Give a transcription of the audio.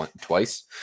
twice